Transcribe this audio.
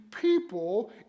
people